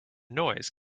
noise